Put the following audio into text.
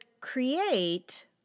create